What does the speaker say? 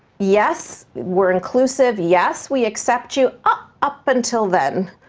yes, we're inclusive. yes, we accept you, up up until then.